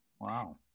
Wow